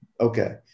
Okay